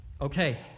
Okay